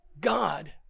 God